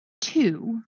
two